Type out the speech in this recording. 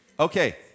Okay